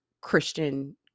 Christian